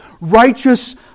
Righteous